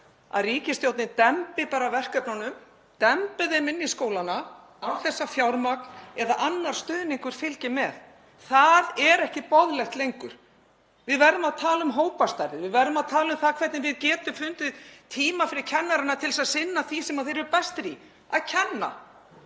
að ríkisstjórnin dembi bara verkefnunum inn í skólana án þess að fjármagn eða annar stuðningur fylgi með. Það er ekki boðlegt lengur. Við verðum að tala um hópastærðir. Við verðum að tala um það hvernig við getum fundið tíma fyrir kennara til að sinna því sem þeir eru bestir í, að kenna.